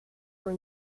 were